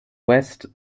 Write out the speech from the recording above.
west